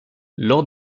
lors